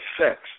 sex